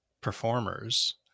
performers